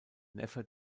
neffe